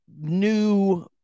new